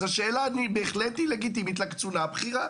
אז השאלה, ניר, היא בחלט לגיטימית לקצונה הבכירה.